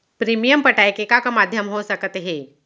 Premium पटाय के का का माधयम हो सकत हे?